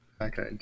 Okay